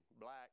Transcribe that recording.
black